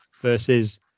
versus